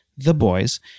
THEBOYS